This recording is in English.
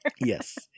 Yes